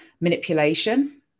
manipulation